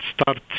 start